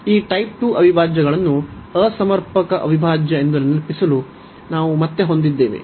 ಈ ಟೈಪ್ 2 ಅವಿಭಾಜ್ಯಗಳನ್ನು ಅಸಮರ್ಪಕ ಅವಿಭಾಜ್ಯ ಎಂದು ನೆನಪಿಸಲು ನಾವು ಮತ್ತೆ ಹೊಂದಿದ್ದೇವೆ